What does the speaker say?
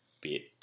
bit